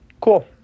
Cool